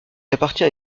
appartient